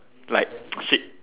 like shit